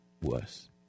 worse